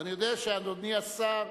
אני יודע שאדוני השר,